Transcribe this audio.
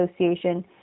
Association